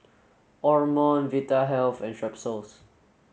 Omron Vitahealth and Strepsils